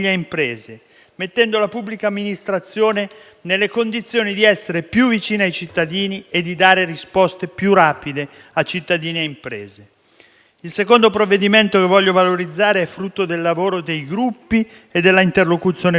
mettendo la pubblica amministrazione nelle condizioni di essere più vicina ai cittadini e di dare risposte più rapide a cittadini e imprese. Il secondo elemento che voglio valorizzare è frutto del lavoro dei Gruppi e dell'interlocuzione con i Comuni.